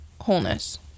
wholeness